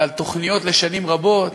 ועל תוכניות לשנים רבות.